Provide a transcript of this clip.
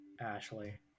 Ashley